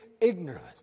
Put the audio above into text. ignorant